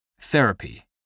Therapy